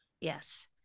Yes